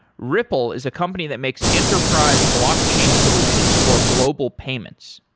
ripple is a company that makes enterprise blockchain solutions for global payments.